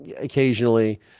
occasionally